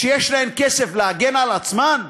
שיש להן כסף להגן על עצמן,